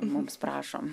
mums prašom